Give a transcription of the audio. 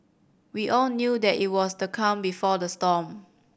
we all knew that it was the calm before the storm